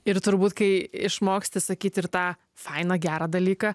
ir turbūt kai išmoksti sakyt ir tą fainą gerą dalyką